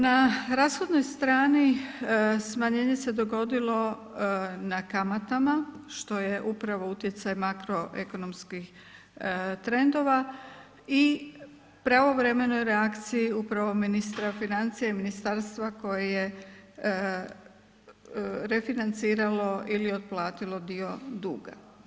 Na rashodnoj strani smanjenje se dogodilo na kamatama što je upravo utjecaj makroekonomskih trendova i pravovremenoj reakciji upravo ministra financija i ministarstva koje je refinanciralo ili otplatilo dio duga.